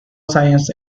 sciences